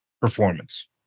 performance